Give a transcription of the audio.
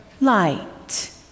light